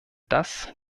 das